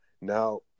now